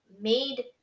made